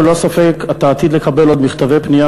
וללא ספק אתה עתיד לקבל מכתבי פנייה